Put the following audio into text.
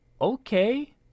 Okay